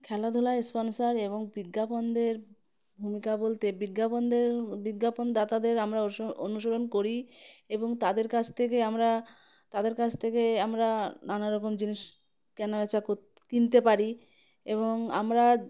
খেলাধুলা স্পনসার এবং বিজ্ঞাপনদের ভূমিকা বলতে বিজ্ঞাপনদের বিজ্ঞাপনদাতাদের আমরা অস অনুসরণ করি এবং তাদের কাছ থেকে আমরা তাদের কাছ থেকে আমরা নানারকম জিনিস কেনাবেচা কিনতে পারি এবং আমরা